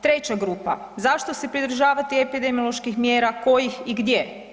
Treća grupa zašto se pridržavati epidemioloških mjera, kojih i gdje?